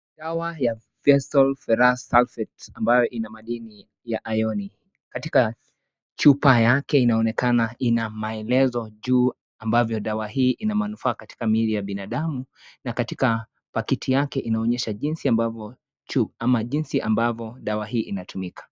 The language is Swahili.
Dawa ya feosol ferrous sulfate ambaye inamadini ya ayoni. Katika chupa yake inaonekana ina maelezo juu ambavyo dawa hii ina manufaa katika mwili ya binadamu, na katika pakiti yake inaonyesha jinsi ambavo juuu ama jinsi ambavo dawa hii inatumika.